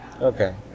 Okay